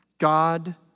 God